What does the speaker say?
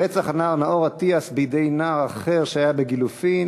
רצח הנער נאור אטיאס בידי נער אחר שהיה בגילופין,